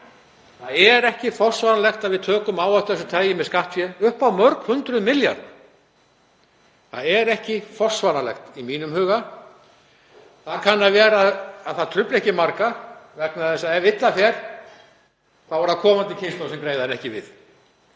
það er ekki forsvaranlegt að við tökum áhættu af þessu tagi með skattfé upp á mörg hundruð milljarða. Það er ekki forsvaranlegt í mínum huga. Það kann að vera að það trufli ekki marga vegna þess að ef illa fer þá eru það komandi kynslóðir sem greiða en ekki við.